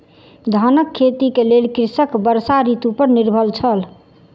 धानक खेती के लेल कृषक वर्षा ऋतू पर निर्भर छल